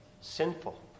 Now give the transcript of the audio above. sinful